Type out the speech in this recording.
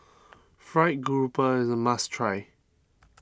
Fried Grouper is a must try